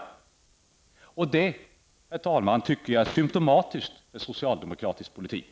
Det tycker jag, herr talman, är symptomatiskt för socialdemokratisk politik.